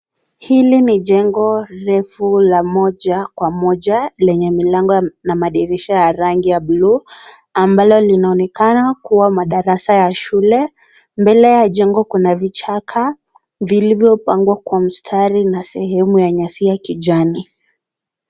Hili ni jengo refu la moja kwa moja, lenye milango na madirisha ya rangi ya buluu, ambalo linaonekana kuwa madarasa ya shule. Mbele ya jengo, kuna vichaka vilivyopangwa kwa mistari a sehemu ya nyasi ya kijani.